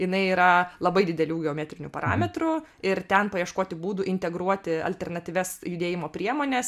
jinai yra labai didelių geometrinių parametrų ir ten paieškoti būdų integruoti alternatyvias judėjimo priemones